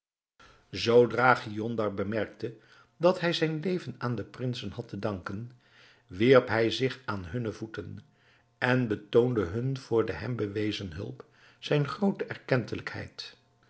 giondar bemerkte dat hij zijn leven aan de prinsen had te danken wierp hij zich aan hunne voeten en betoonde hun voor de hem bewezen hulp zijne groote